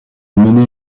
mené